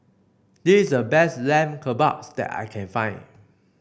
this is the best Lamb Kebabs that I can find